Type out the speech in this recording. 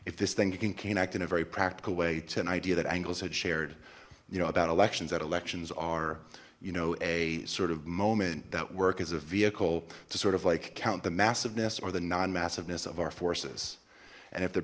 if this thing you can cane act in a very practical way to an idea that angles had shared you know about elections that elections are you know a sort of moment that work is a vehicle to sort of like count the massiveness or the non massiveness of our forces and if the